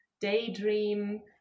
daydream